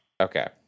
Okay